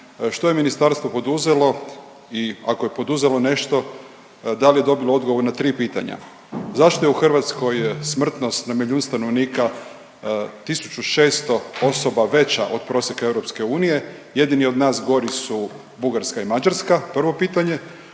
što je ministarstvo poduzelo i ako je poduzelo nešto da li je dobilo odgovor na tri pitanja. Zašto je u Hrvatskoj smrtnost na milijun stanovnika 1.600 osoba veća od prosjeka EU. Jedini od nas gori su Bugarska i Mađarska, prvo pitanje.